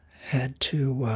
had to